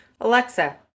Alexa